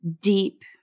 deep